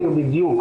הדיון: